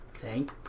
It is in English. Thank